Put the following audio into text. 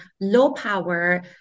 low-power